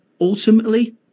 Ultimately